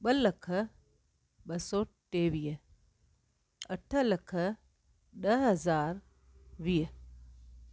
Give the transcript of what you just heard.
ॿ लख ॿ सौ टेवीह अठ लख ॾह हज़ार वीह